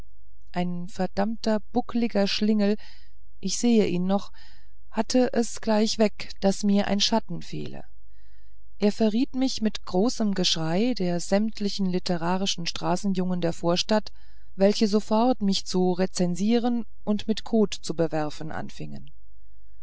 ein verdammter buckeliger schlingel ich seh ihn noch hatte es gleich weg daß mir ein schatten fehle er verriet mich mit großem geschrei der sämtlichen literarischen straßenjugend der vorstadt welche sofort mich zu rezensieren und mit kot zu bewerfen anfing